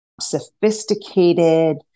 sophisticated